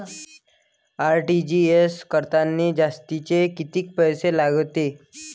RTGS करतांनी जास्तचे कितीक पैसे लागते?